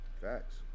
Facts